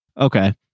okay